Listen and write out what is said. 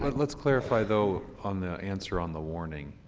but let's clarify, though, on the answer on the warning.